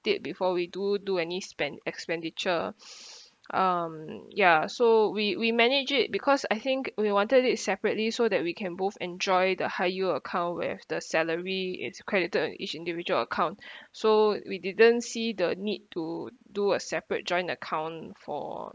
it before we do do any spend expenditure um ya so we we managed it because I think we wanted it separately so that we can both enjoy the high yield account we have the salary it's credited in each individual account so we didn't see the need to do a separate joint account for